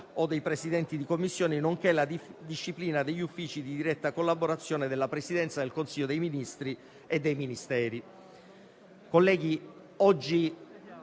o dei Presidenti di Commissione, nonché la disciplina degli uffici di diretta collaborazione della Presidenza del Consiglio dei ministri e dei Ministeri.